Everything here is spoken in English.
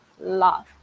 love